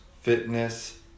fitness